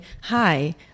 Hi